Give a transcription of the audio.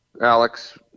Alex